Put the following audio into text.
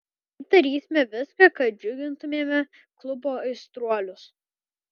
ir darysime viską kad džiugintumėme klubo aistruolius